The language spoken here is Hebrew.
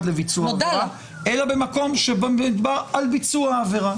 לביצוע עבירה אלא במקום שמדובר על ביצוע עבירה.